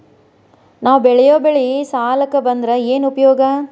ನಾವ್ ಬೆಳೆಯೊ ಬೆಳಿ ಸಾಲಕ ಬಂದ್ರ ಏನ್ ಉಪಯೋಗ?